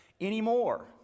anymore